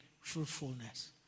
fruitfulness